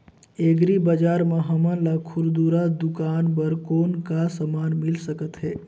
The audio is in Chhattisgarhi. एग्री बजार म हमन ला खुरदुरा दुकान बर कौन का समान मिल सकत हे?